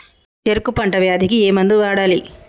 చెరుకు పంట వ్యాధి కి ఏ మందు వాడాలి?